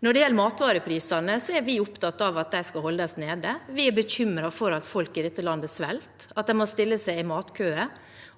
Når det gjelder matvareprisene, er vi opptatt av at de skal holdes nede. Vi er bekymret for at folk i dette landet sulter, og at de må stille seg i matkø.